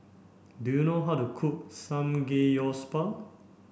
do you know how to cook Samgeyopsal